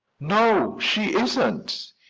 no, she isn't.